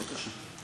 בבקשה.